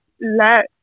let